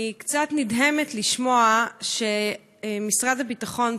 אני קצת נדהמת לשמוע שמשרד הביטחון,